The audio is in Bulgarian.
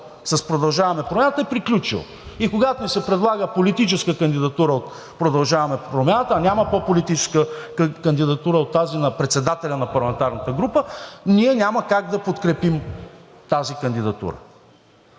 с „Продължаваме Промяната“ е приключил. И когато ни се предлага политическа кандидатура от „Продължаваме Промяната“, а няма по-политическа кандидатура от тази на председателя на парламентарната група, няма как да подкрепим тази кандидатура.